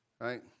Right